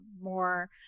more